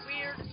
Weird